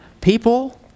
People